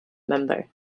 member